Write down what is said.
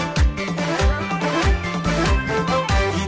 and i